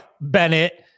Bennett